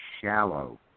shallow